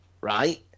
right